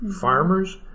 farmers